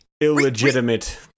illegitimate